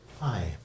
Hi